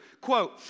Quote